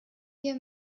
hier